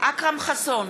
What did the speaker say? אכרם חסון,